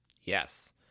Yes